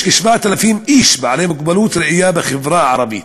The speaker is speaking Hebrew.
יש כ-7,000 איש עם מוגבלות ראייה בחברה הערבית,